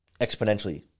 exponentially